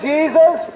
Jesus